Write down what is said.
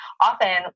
often